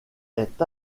est